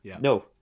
No